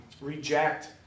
reject